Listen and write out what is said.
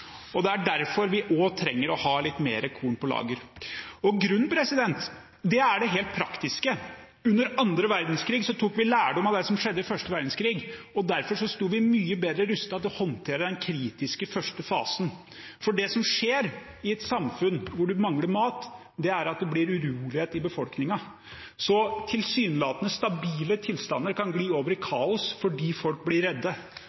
Det er derfor vi trenger å ha litt mer korn på lager. Grunnen er det helt praktiske. Under annen verdenskrig tok vi lærdom av det som skjedde i første verdenskrig, og derfor sto vi mye bedre rustet til å håndtere den kritiske første fasen. Det som skjer i et samfunn hvor en mangler mat, er at det blir urolighet i befolkningen, så tilsynelatende stabile tilstander kan gli over i kaos fordi folk blir redde.